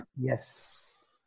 yes